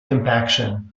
compaction